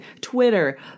Twitter